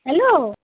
hello